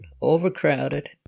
overcrowded